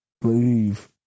believe